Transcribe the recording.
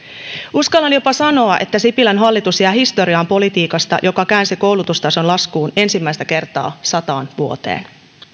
uskallan jopa sanoa että sipilän hallitus jää historiaan politiikasta joka käänsi koulutustason laskuun ensimmäistä kertaa sataan vuoteen